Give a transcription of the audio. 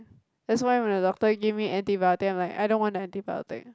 that's why when the doctor give me antibiotic I'm like I don't want antibiotic